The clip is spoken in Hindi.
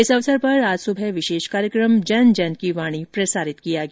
इस अवसर पर आज सुबह विशेष कार्यक्रम जन जन की वाणी प्रसारित किया गया